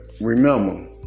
remember